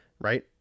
right